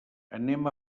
anem